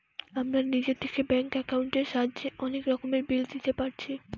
আমরা নিজে থিকে ব্যাঙ্ক একাউন্টের সাহায্যে অনেক রকমের বিল দিতে পারছি